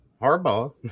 Harbaugh